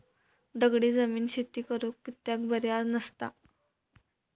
दगडी जमीन शेती करुक कित्याक बरी नसता?